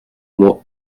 moi